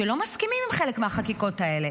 שלא מסכימים עם חלק מהחקיקות האלה,